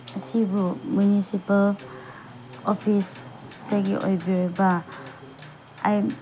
ꯁꯤꯕꯨ ꯃꯤꯅꯨꯁꯤꯄꯥꯜ ꯑꯣꯐꯤꯁꯇꯒꯤ ꯑꯣꯏꯕꯤꯔꯕꯥ ꯑꯩ